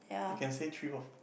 you can say three for